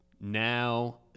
now